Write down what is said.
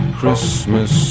Christmas